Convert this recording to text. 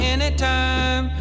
Anytime